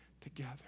together